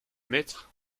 mettre